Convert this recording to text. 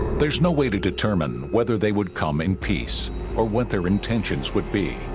there's no way to determine whether they would come in peace or what their intentions would be